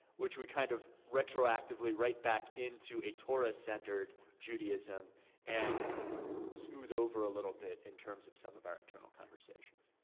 which we kind of retroactively write back into a torah-centered judaism and smooth over a little bit in terms of some of our internal conversations.